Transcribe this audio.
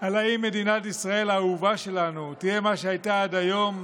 על האם מדינת ישראל האהובה שלנו תהיה מה שהייתה עד היום,